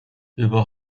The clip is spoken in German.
über